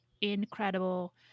incredible